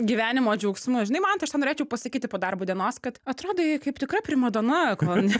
gyvenimo džiaugsmu žinai mantai aš tau norėčiau pasakyti po darbo dienos kad atrodai kaip tikra primadona kol ne